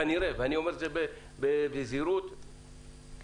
ואני אומר את זה בזהירות כי